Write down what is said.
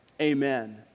Amen